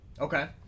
Okay